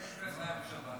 ואם פסח היה בשבת,